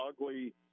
ugly